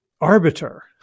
arbiter